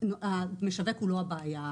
המשווק הוא לא הבעיה.